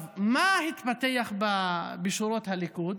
מה התפתח בשורות הליכוד?